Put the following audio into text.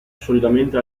solidamente